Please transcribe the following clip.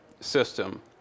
system